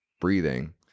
breathing